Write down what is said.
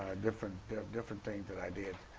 different different things that i did,